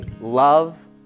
Love